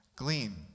glean